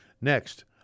Next